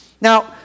Now